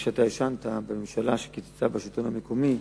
שאתה ישנת בממשלה שקיצצה בשלטון המקומי,